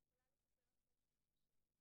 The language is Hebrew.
לא יעזור שום דבר.